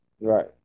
Right